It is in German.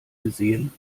gesehen